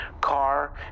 car